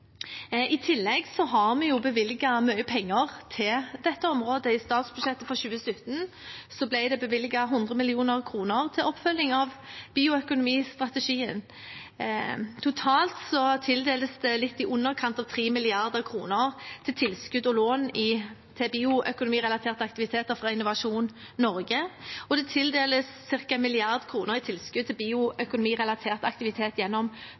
I tillegg har vi bevilget mye penger til dette området. I statsbudsjettet for 2017 ble det bevilget 100 mill. kr til oppfølging av bioøkonomistrategien. Totalt tildeles det litt i underkant av 3 mrd. kr til tilskudd og lån til bioøkonomirelatert aktivitet fra Innovasjon Norge, og det tildeles ca. 1 mrd. kr i tilskudd til bioøkonomirelatert aktivitet gjennom